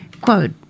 Quote